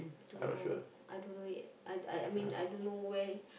don't know I don't know yet I I I mean I don't know where